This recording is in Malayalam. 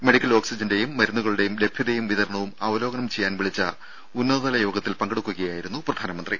മെഡിക്കൽ ഓക്സിജന്റെയും മരുന്നുകളുടെയും ലഭ്യതയും വിതരണവും അവലോകനം ചെയ്യാൻ വിളിച്ച ഉന്നതതലയോഗത്തിൽ പങ്കെടുക്കുകയായിരുന്നു പ്രധാനമന്ത്രി